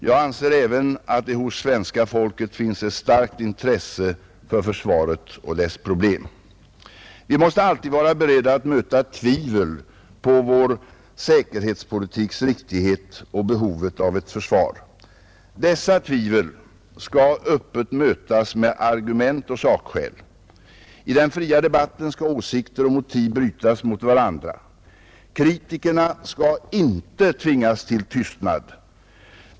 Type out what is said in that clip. Jag anser även att det hos svenska folket finns ett starkt intresse för försvaret och dess problem. Vi måste alltid vara beredda att möta tvivel på vår säkerhetspolitiks riktighet och behovet av ett försvar. Dessa tvivel skall öppet mötas med argument och sakskäl. I den fria debatten skall åsikter och motiv brytas mot varandra. Kritikerna skall inte tvingas till tystnad.